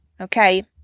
okay